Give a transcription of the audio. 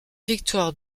victoire